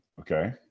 okay